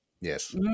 Yes